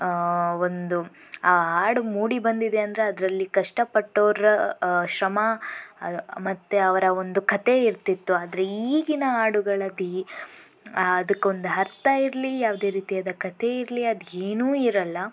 ಒಂದು ಆ ಹಾಡು ಮೂಡಿ ಬಂದಿದೆ ಅಂದರೆ ಅದರಲ್ಲಿ ಕಷ್ಟ ಪಟ್ಟೋರ ಶ್ರಮ ಮತ್ತೆ ಅವರ ಒಂದು ಕಥೆ ಇರ್ತಿತ್ತು ಆದರೆ ಈಗಿನ ಹಾಡುಗಳಲಿ ಅದಕ್ಕೊಂದು ಅರ್ಥ ಇರಲಿ ಯಾವುದೇ ರೀತಿಯಾದ ಕಥೆ ಇರಲಿ ಅದೇನೂ ಇರಲ್ಲ